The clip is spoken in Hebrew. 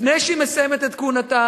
לפני שהיא מסיימת את כהונתה.